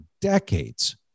decades